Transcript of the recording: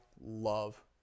love